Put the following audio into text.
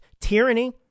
tyranny